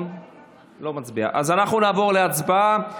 אז אנחנו נעבור להצבעה.